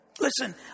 Listen